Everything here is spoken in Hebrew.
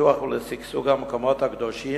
לפיתוח ולשגשוג של המקומות הקדושים,